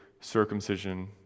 circumcision